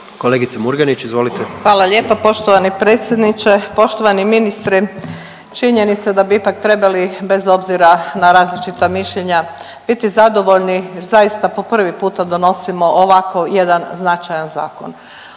izvolite. **Murganić, Nada (HDZ)** Hvala lijepa poštovani predsjedniče. Poštovani ministre činjenica da bi ipak trebali bez obzira na različita mišljenja biti zadovoljni jer zaista po prvi puta donosimo ovako jedan značajan zakon.